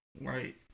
Right